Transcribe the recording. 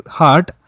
heart